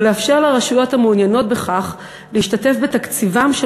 ולאפשר לרשויות המעוניינות בכך להשתתף בתקציבם של